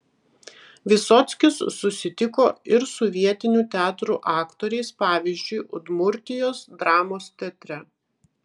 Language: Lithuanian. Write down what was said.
vysockis susitiko ir su vietinių teatrų aktoriais pavyzdžiui udmurtijos dramos teatre